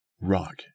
rock